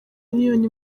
miliyoni